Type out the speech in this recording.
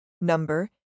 number